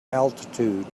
altitude